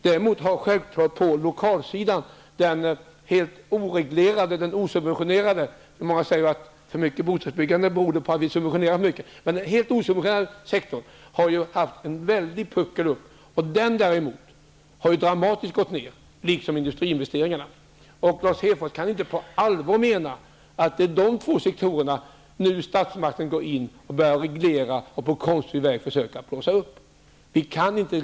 På lokalsidan däremot har den helt oreglerade, den osubventionerade sektorn -- många menar ju att det byggts för mycket bostäder beroende på stora subventioner -- varit en väldigt stor puckel. Men denna har dramatiskt minskat -- liksom industriinvesteringarna. Lars Hedfors kan inte mena allvar när han talar om statsmakternas regleringar inom dessa sektorer för att på ett konstgjort sätt försöka blåsa upp det hela.